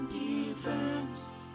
defense